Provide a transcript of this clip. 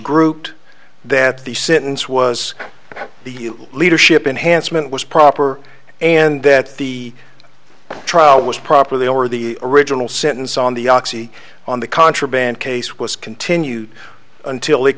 grouped that the sentence was the leadership enhanced meant was proper and that the trial was properly over the original sentence on the oxy on the contraband case was continued until